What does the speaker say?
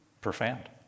Profound